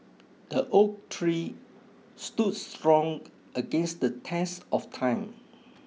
the oak tree stood strong against the test of time